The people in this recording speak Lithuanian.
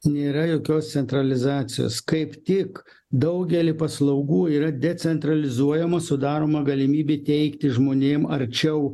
nėra jokios centralizacijos kaip tik daugelį paslaugų yra decentralizuojama sudaroma galimybė teikti žmonėm arčiau